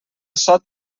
sot